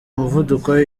umuvuduko